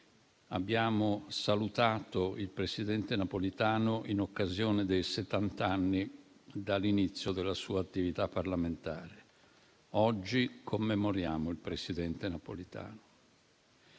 abbiamo salutato il presidente Napolitano in occasione dei settant'anni dall'inizio della sua attività parlamentare. Oggi commemoriamo il presidente Napolitano.